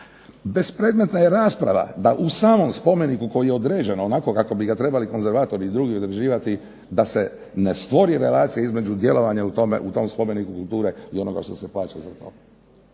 bespredmetna je rasprava da u samom spomeniku koji je određen onako kako bi ga trebali konzervatori drugi određivati, da se ne stvori relacija između djelovanja u tom spomeniku kulture i onoga što se plaća za to.